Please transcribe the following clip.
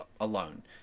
alone